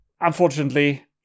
Unfortunately